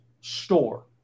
store